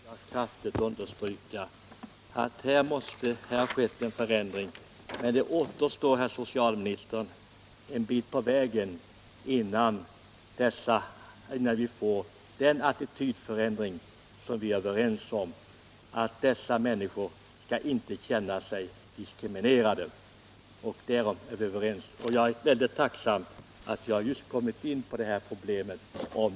Herr talman! Jag vill kraftigt understryka att det har skett en förändring, men det återstår, herr socialminister, en bit på vägen till den attitydförändring som vi är överens om måste till för att dessa människor inte skall känna sig diskriminerade. Jag är mycket tacksam att vi kommit in på det här problemet.